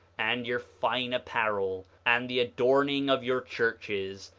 and your fine apparel, and the adorning of your churches,